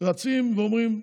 רצים ואומרים: